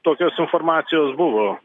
tokios informacijos buvo